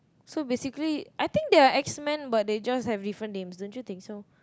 so basically I think they are X Men but they just have different names don't you think so